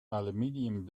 aluminium